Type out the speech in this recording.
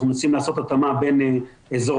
אנחנו מנסים לעשות התאמה בין אזורי